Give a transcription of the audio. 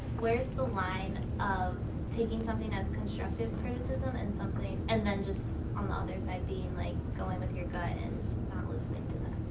where is the line of taking something as constructive criticism, and and then, just on the other side, being like, going with your gut, and not listening to them?